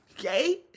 okay